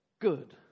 good